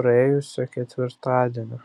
praėjusio ketvirtadienio